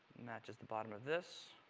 matches the bottom of this.